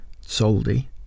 soldi